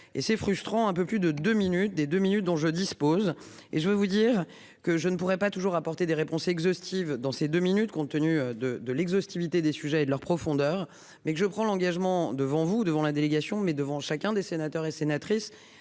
et c'est frustrant. Un peu plus de deux minutes des deux minutes dont je dispose et je vais vous dire que je ne pourrais pas toujours apporter des réponses exhaustives. Dans ces deux minutes, compte tenu de, de l'exode. Invité des sujets de leur profondeur mais que je prends l'engagement devant vous devant la délégation mais devant chacun des sénateurs et sénatrices